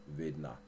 vidna